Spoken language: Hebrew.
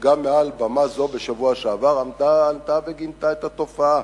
שגם מעל במה זו בשבוע שעבר גינתה את התופעה.